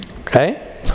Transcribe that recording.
Okay